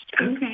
Okay